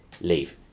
leave